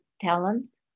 talents